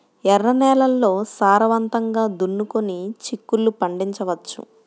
ఎర్ర నేలల్లో సారవంతంగా దున్నుకొని చిక్కుళ్ళు పండించవచ్చు